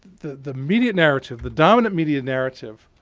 the the media narrative, the dominant media narrative,